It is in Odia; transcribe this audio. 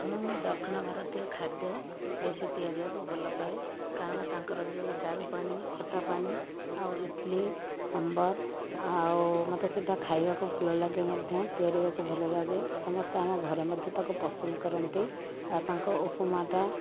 ମୁଁ ଦକ୍ଷିଣ ଭାରତୀୟ ଖାଦ୍ୟ ବେଶୀ ତିଆରିବାକୁ ଭଲ ପାଏ କାରଣ ତାଙ୍କର ଯେଉଁ ଚାରୁପାଣି ଖଟାପାଣି ଆଉ ଇଡ଼୍ଲି ସମ୍ବର ଆଉ ମୋତେ ସେଇଟା ଖାଇବାକୁ ଭଲ ଲାଗେ ମଧ୍ୟ ତିଆରିବାକୁ ଭଲ ଲାଗେ ସମସ୍ତେ ଆମ ଘରେ ମଧ୍ୟ ତାକୁ ପସନ୍ଦ କରନ୍ତି ଆଉ ତାଙ୍କ ଉପମାଟା